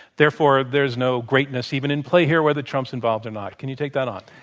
therefore there is no greatness even in play here whether trump's involved or not. can you take that on?